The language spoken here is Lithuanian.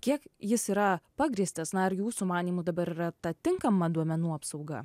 kiek jis yra pagrįstas na ar jūsų manymu dabar yra ta tinkama duomenų apsauga